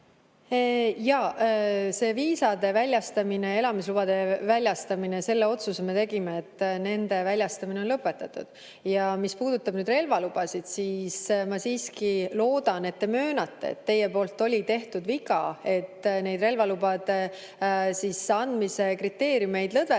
Jaa, viisade väljastamine ja elamislubade väljastamine – selle otsuse me tegime, nende väljastamine on lõpetatud. Mis puudutab relvalubasid, siis ma siiski loodan, et te möönate, et teie poolt oli viga neid relvalubade andmise kriteeriume lõdvendada